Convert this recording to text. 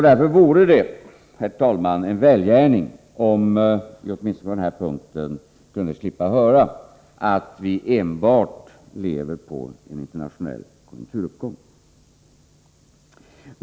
Därför vore det, herr talman, en välgärning om vi åtminstone på denna punkt kunde slippa höra att vi lever enbart på en internationell konjunkturuppgång.